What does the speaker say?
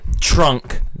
trunk